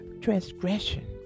transgression